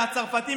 מהצרפתים,